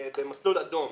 במסלול אדום.